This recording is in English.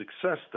success